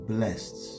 Blessed